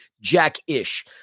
Jack-ish